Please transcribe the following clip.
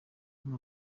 ngo